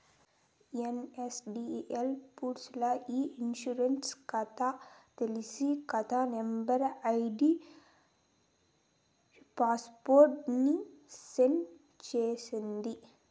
NSDL పూర్స్ ల్ల ఇ ఇన్సూరెన్స్ కాతా తెర్సి, కాతా నంబరు, ఐడీ పాస్వర్డ్ ని సెట్ చేస్తాది